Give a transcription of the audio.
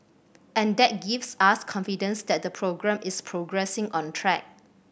and that gives us confidence that the programme is progressing on track